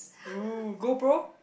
oh GoPro